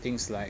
things like